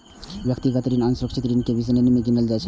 व्यक्तिगत ऋण असुरक्षित ऋण के श्रेणी मे गिनल जाइ छै